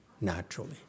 naturally